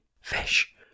fish